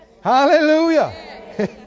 Hallelujah